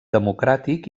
democràtic